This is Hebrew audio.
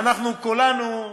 כולנו,